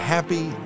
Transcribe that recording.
Happy